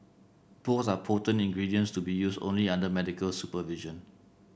both are potent ingredients to be used only under medical supervision